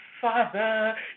Father